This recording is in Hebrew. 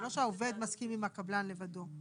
זה לא שהעובד מסכים עם הקבלן לבדו.